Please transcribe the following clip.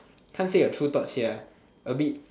cant say your true thought sia a bit